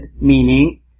meaning